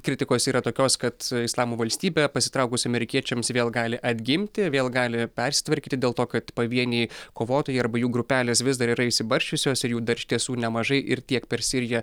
kritikos yra tokios kad islamo valstybė pasitraukus amerikiečiams vėl gali atgimti vėl gali persitvarkyti dėl to kad pavieniai kovotojai arba jų grupelės vis dar yra išsibarsčiusios ir jų dar iš tiesų nemažai ir tiek per siriją